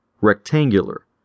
rectangular